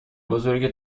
بزرگ